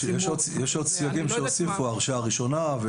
יש עוד סייגים שהוסיפו כמו הרשעה ראשונה.